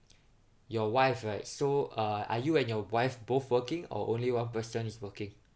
your wife right so uh are you and your wife both working or only one person is working